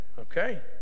okay